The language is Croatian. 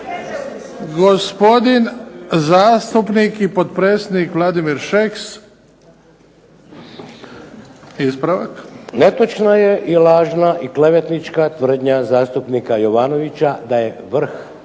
ispravak. **Šeks, Vladimir (HDZ)** Netočna je i lažna i klevetnička tvrdnja zastupnika Jovanovića da je vrh